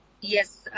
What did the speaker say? yes